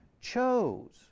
chose